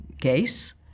case